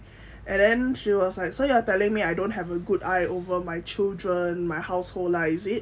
and then she was like so you are telling me I don't have a good eye over my children my household lah is it